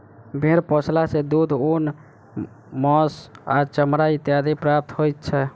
भेंड़ पोसला सॅ दूध, ऊन, मौंस आ चमड़ा इत्यादि प्राप्त होइत छै